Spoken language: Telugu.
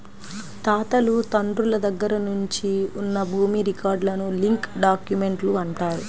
తాతలు తండ్రుల దగ్గర నుంచి ఉన్న భూమి రికార్డులను లింక్ డాక్యుమెంట్లు అంటారు